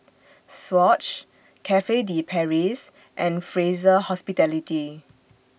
Swatch Cafe De Paris and Fraser Hospitality